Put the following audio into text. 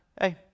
hey